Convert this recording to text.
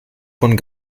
von